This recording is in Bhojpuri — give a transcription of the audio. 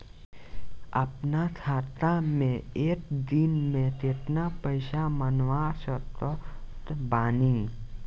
अपना खाता मे एक दिन मे केतना पईसा मँगवा सकत बानी?